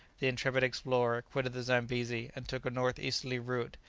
the intrepid explorer quitted the zambesi, and took a north-easterly route.